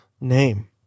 name